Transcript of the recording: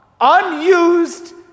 unused